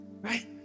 right